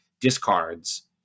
Discard's